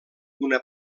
una